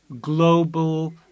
global